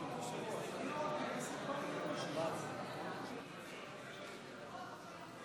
רבותיי חברי הכנסת, להלן תוצאות ההצבעה: 46